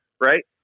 right